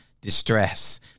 distress